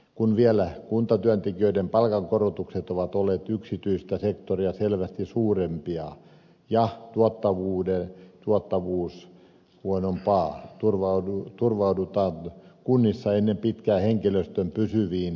kun vielä kuntatyöntekijöiden palkankorotukset ovat olleet yksityistä sektoria selvästi suurempia ja tuottavuus huonompaa turvaudutaan kunnissa ennen pitkää henkilöstön pysyviin irtisanomisiin